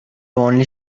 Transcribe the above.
only